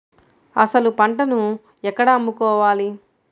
అసలు పంటను ఎక్కడ అమ్ముకోవాలి?